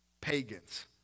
pagans